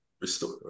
restore